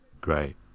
great